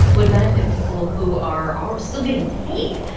would benefit people who are are still getting paid.